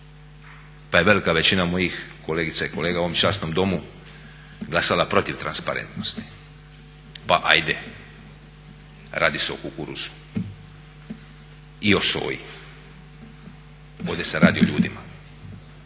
Pa je velika većina mojih kolegica i kolega u ovom časnom Domu glasala protiv transparentnosti. Pa ajde radi se o kukuruzu i o soji. Ovdje se radi o ljudima.